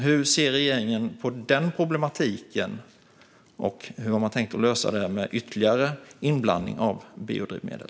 Hur ser regeringen på denna problematik, och hur har man tänkt lösa det med ytterligare inblandning av biodrivmedel?